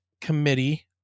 committee